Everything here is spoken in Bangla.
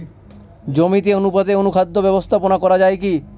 জমিতে অনুপাতে অনুখাদ্য ব্যবস্থাপনা করা য়ায় কি?